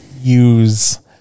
use